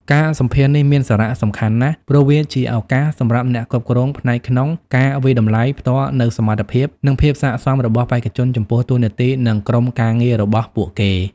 ការសម្ភាសន៍នេះមានសារៈសំខាន់ណាស់ ព្រោះវាជាឱកាសសម្រាប់អ្នកគ្រប់គ្រងផ្នែកក្នុងការវាយតម្លៃផ្ទាល់នូវសមត្ថភាព និងភាពស័ក្តិសមរបស់បេក្ខជនចំពោះតួនាទី និងក្រុមការងាររបស់ពួកគេ។